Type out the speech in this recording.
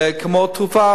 זה כמו תרופה,